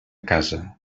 casa